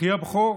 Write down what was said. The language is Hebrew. אחי הבכור,